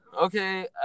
Okay